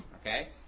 Okay